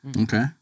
Okay